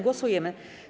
Głosujemy.